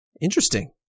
Interesting